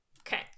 Okay